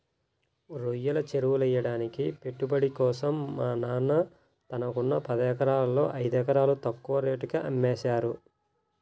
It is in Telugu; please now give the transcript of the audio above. రొయ్యల చెరువులెయ్యడానికి పెట్టుబడి కోసం మా నాన్న తనకున్న పదెకరాల్లో ఐదెకరాలు తక్కువ రేటుకే అమ్మేశారు